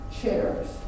chairs